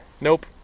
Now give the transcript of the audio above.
Nope